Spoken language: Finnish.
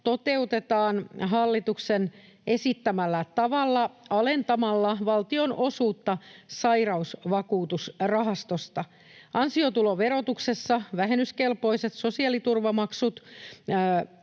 toteutetaan hallituksen esittämällä tavalla alentamalla valtion osuutta Sairausvakuutusrahastosta. Ansiotuloverotuksessa vähennyskelpoiset sosiaaliturvamaksut